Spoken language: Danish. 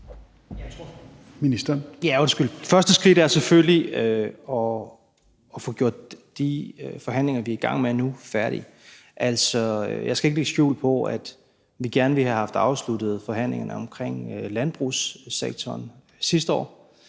Første skridt er selvfølgelig at få gjort de forhandlinger, vi er i gang med nu, færdige. Altså, jeg skal ikke lægge skjul på, at vi gerne ville have haft afsluttet forhandlingerne omkring landbrugssektoren sidste år.